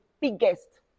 biggest